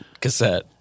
cassette